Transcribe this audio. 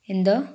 എന്തോ